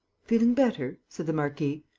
feeling better? said the marquis.